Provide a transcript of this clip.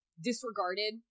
disregarded